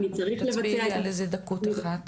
תצביעי לי על איזו דקות אחת.